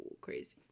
crazy